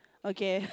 okay